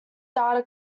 data